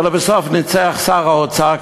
ולבסוף ניצח שר האוצר,